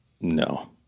No